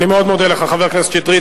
אני מאוד מודה לך, חבר הכנסת שטרית.